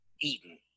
eaten